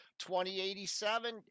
2087